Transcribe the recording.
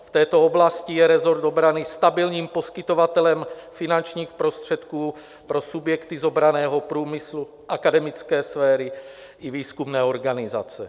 V této oblasti je resort obrany stabilním poskytovatelem finančních prostředků pro subjekty z obranného průmyslu, z akademické sféry i výzkumné organizace.